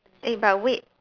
eh but wait